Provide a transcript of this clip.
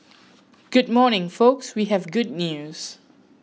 good morning folks we have good news